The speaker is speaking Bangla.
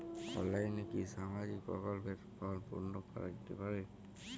অনলাইনে কি সামাজিক প্রকল্পর ফর্ম পূর্ন করা যেতে পারে?